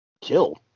kill